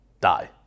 die